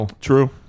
True